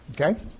Okay